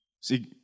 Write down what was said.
See